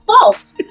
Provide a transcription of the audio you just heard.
fault